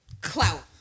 clout